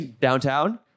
Downtown